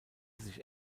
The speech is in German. sich